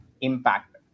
Impact